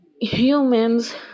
humans